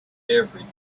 everything